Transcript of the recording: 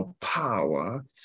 power